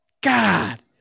God